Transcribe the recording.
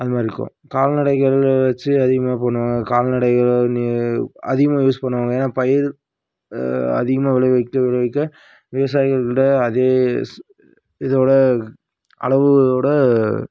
அதுமாதிரி இருக்கும் கால்நடைகள் வச்சு அதிகமாக பண்ணுவாங்க கால்நடைகளை அதிகமாக யூஸ் பண்ணுவாங்கள் ஏன்னால் பயிர் அதிகமாக விளைவிக்க விளைவிக்க விவசாயிகள்கிட்ட அதே ஸ் இதோடய அளவுகளோடய